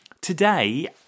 Today